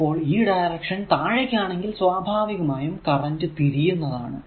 അപ്പോൾ ഈ ഡയറക്ഷൻ താഴേക്കാണെങ്കിൽ സ്വാഭാവികമായും കറന്റും തിരിയുന്നതാണ്